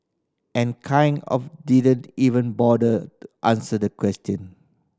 and kind of didn't even bother the answer the question